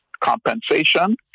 compensation